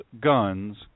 guns